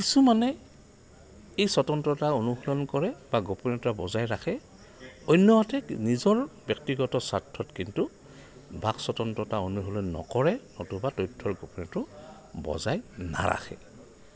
কিছুমানে এই স্বতন্ত্ৰতা অনুশীলন কৰে বা গোপনীয়তা বজাই ৰাখে অন্যহাতে নিজৰ ব্যক্তিগত স্বাৰ্থত কিন্তু বাক স্বতন্ত্ৰতা অনুশীলন নকৰে নতুবা তথ্যৰ গোপনীয়তাটো বজাই নাৰাখে